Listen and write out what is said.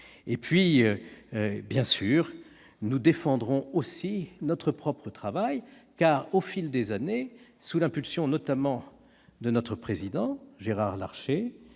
exécutifs. Bien sûr, nous défendrons aussi notre propre travail, car, au fil des années, sous l'impulsion notamment de notre président, Gérard Larcher,